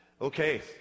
Okay